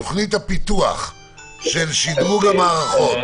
תוכנית פתוח של שדרוג המערכות.